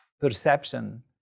perception